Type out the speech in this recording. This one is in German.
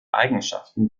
eigenschaften